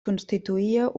constituïa